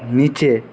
নীচে